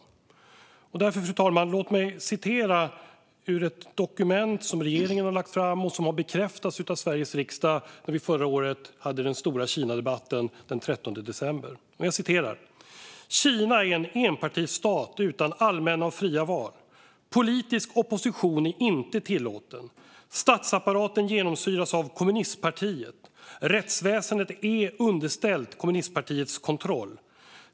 Låt mig därför, fru talman, citera ur ett dokument som regeringen har lagt fram och som har bekräftats av Sveriges riksdag när vi förra året hade den stora Kinadebatten den 13 december: "Kina är en enpartistat utan allmänna och fria val. Politisk opposition är inte tillåten. Statsapparaten genomsyras av kommunistpartiet. Rättsväsendet är underställt kommunistpartiets kontroll.